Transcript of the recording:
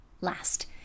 Last